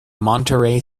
monterey